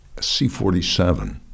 C-47